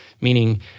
Meaning